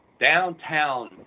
downtown